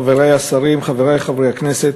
חברי השרים, חברי חברי הכנסת,